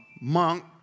monk